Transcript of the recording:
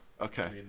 Okay